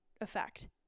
effect